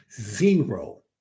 Zero